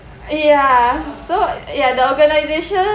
ya so ya the organisation